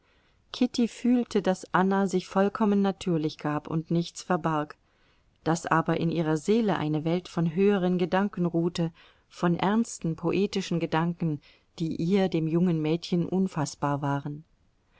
kitty fühlte daß anna sich vollkommen natürlich gab und nichts verbarg daß aber in ihrer seele eine welt von höheren gedanken ruhte von ernsten poetischen gedanken die ihr dem jungen mädchen unfaßbar waren